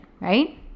right